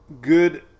good